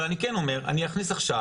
אבל, אני אומר שאני כן אכניס עכשיו,